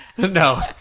No